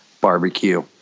barbecue